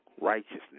righteousness